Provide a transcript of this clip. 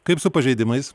kaip su pažeidimais